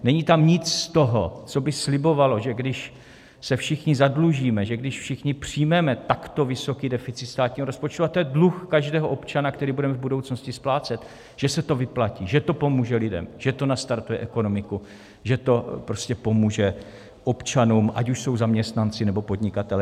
Není tam nic z toho, co by slibovalo, že když se všichni zadlužíme, že když všichni přijmeme takto vysoký deficit státního rozpočtu a to je dluh každého občana, který bude v budoucnosti splácet že se to vyplatí, že to pomůže lidem, že to nastartuje ekonomiku, že to prostě pomůže občanům, ať už jsou zaměstnanci, nebo podnikatelé.